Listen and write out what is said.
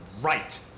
Right